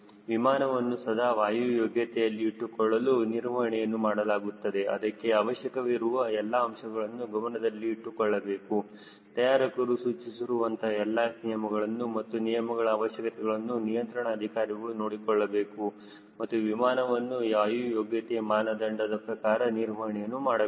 ವಿಮಾನವನ್ನು ಸದಾ ವಾಯು ಯೋಗ್ಯತೆಯಲ್ಲಿ ಇಟ್ಟುಕೊಳ್ಳಲು ನಿರ್ವಹಣೆಯನ್ನು ಮಾಡಲಾಗುತ್ತದೆ ಅದಕ್ಕೆ ಅವಶ್ಯಕವಿರುವ ಎಲ್ಲಾ ಅಂಶಗಳನ್ನು ಗಮನದಲ್ಲಿ ಇಟ್ಟುಕೊಳ್ಳಬೇಕು ತಯಾರಕರು ಸೂಚಿಸಿರುವಂತೆ ಎಲ್ಲಾ ನಿಯಮಗಳನ್ನು ಮತ್ತು ನಿಯಮಗಳ ಅವಶ್ಯಕತೆಗಳನ್ನು ನಿಯಂತ್ರಣ ಅಧಿಕಾರಿಗಳು ನೋಡಿಕೊಳ್ಳಬೇಕು ಮತ್ತು ವಿಮಾನವನ್ನು ವಾಯು ಯೋಗ್ಯತೆ ಮಾನದಂಡದ ಪ್ರಕಾರ ನಿರ್ವಹಣೆಯನ್ನು ಮಾಡಬೇಕು